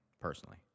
personally